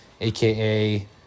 aka